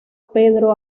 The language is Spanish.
pedro